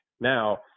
now